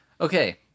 Okay